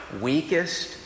weakest